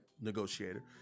negotiator